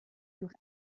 durch